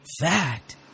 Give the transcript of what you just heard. fact